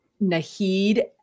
Nahid